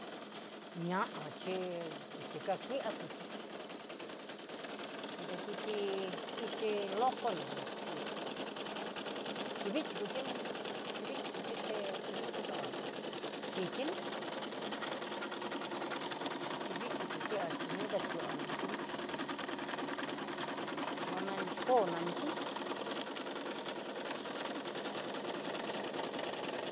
Ña'a chí ti xhika kuii tí nrekuti ichi loco navantuchí, ti vichii kutinrion'nró ti vichii kutiuté ati'ó mundo já kiti ni'i, vichi kuti'á yú mundó tuandó xhivichí, donan xhikó nani tín.